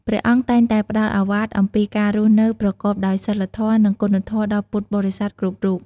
ព្រះអង្គតែងតែផ្ដល់ឱវាទអំពីការរស់នៅប្រកបដោយសីលធម៌ និងគុណធម៌ដល់ពុទ្ធបរិស័ទគ្រប់រូប។